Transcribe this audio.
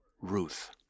Ruth